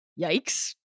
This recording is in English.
yikes